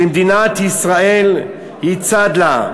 שמדינת ישראל היא צד לה,